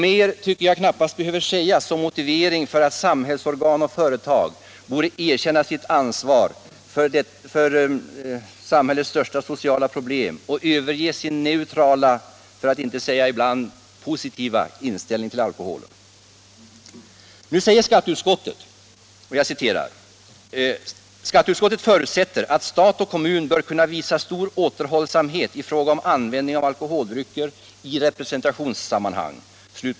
Mer behöver knappast sägas som motivering för att samhällsorgan och företag borde erkänna sitt ansvar för samhällets största sociala problem och överge sin neutrala för att inte säga ibland positiva inställning till alkohol. Skatteutskottet ”förutsätter att stat och kommun bör kunna visa stor återhållsamhet i fråga om användning av alkoholdrycker i representationssammanhang”.